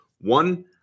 One